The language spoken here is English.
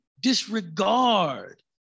disregard